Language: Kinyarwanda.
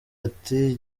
ati